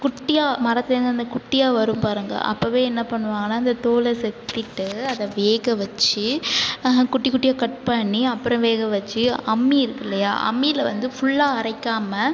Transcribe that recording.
குட்டியாக மரத்துலேருந்து அந்த குட்டியாக வரும் பாருங்கள் அப்போவே என்ன பண்ணுவாங்கன்னா இந்த தோலை செத்திட்டு அதை வேக வச்சி ஆஹ குட்டி குட்டியாக கட் பண்ணி அப்புறோ வேக வச்சி அம்மி இருக்குல்லையா அம்மியில வந்து ஃபுல்லாக அரைக்காமல்